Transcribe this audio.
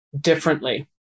differently